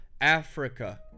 Africa